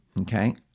Okay